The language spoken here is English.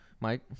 Mike